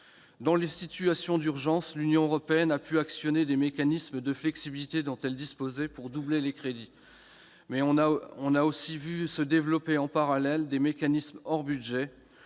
Dans les situations d'urgence, l'Union européenne a pu actionner les mécanismes de flexibilité dont elle disposait pour doubler les crédits. Mais on a aussi vu se développer, en parallèle, des mécanismes hors budget.